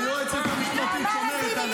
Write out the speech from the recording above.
סיכנת גם את הבת שלך, וגם את האזרחים.